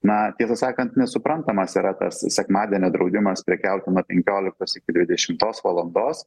na tiesą sakant nesuprantamas yra tas sekmadienio draudimas prekiauti nuo penkiolikos iki dvidešimtos valandos